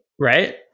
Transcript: right